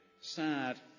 sad